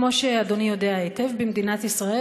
כמו שאדוני יודע היטב במדינת ישראל